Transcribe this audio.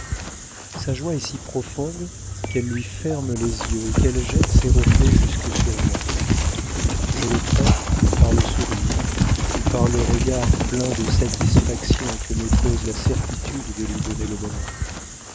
sa joie est si profonde qu'elle lui ferme les yeux et qu'elle jette ses reflets jusque sur moi je le trompe par le sourire ou par le regard pleins de satisfaction que me cause la certitude de lui donner le bonheur